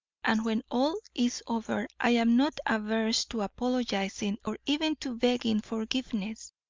and when all is over i am not averse to apologising or even to begging forgiveness.